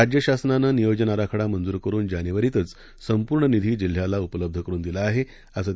राज्य शासनानं नियोजन आराखडा मंजूर करून जानेवारीतच संपूर्ण निधी जिल्ह्यास उपलब्ध करून दिला आहे असं त्यांनी सांगितलं